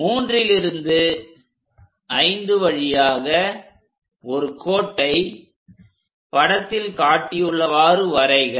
3லிருந்து 5 வழியாக ஒரு கோட்டை படத்தில் காட்டியுள்ளவாறு வரைக